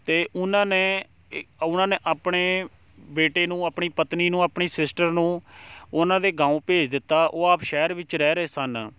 ਅਤੇ ਉਨ੍ਹਾਂ ਨੇ ਉਨ੍ਹਾਂ ਨੇ ਆਪਣੇ ਬੇਟੇ ਨੂੰ ਆਪਣੀ ਪਤਨੀ ਨੂੰ ਆਪਣੀ ਸਿਸਟਰ ਨੂੰ ਉਹਨਾਂ ਦੇ ਗਾਉਂ ਭੇਜ ਦਿੱਤਾ ਉਹ ਆਪ ਸ਼ਹਿਰ ਵਿੱਚ ਰਹਿ ਰਹੇ ਸਨ